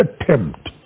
attempt